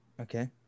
Okay